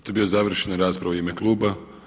To je bila završna rasprava u ime kluba.